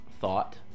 thought